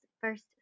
first